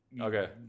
Okay